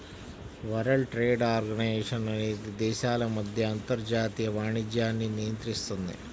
world Trade Organization అనేది దేశాల మధ్య అంతర్జాతీయ వాణిజ్యాన్ని నియంత్రిస్తుంది